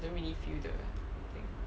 don't really feel the thing